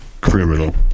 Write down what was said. criminal